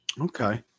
Okay